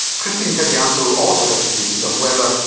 christine tedijanto also has views on whether,